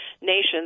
nations